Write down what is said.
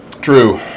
True